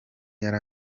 yari